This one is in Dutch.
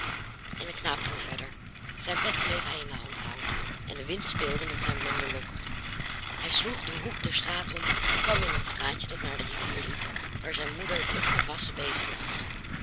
en de knaap ging verder zijn pet bleef hij in de hand houden en de wind speelde met zijn blonde lokken hij sloeg den hoek der straat om en kwam in het straatje dat naar de rivier liep waar zijn moeder druk met wasschen bezig was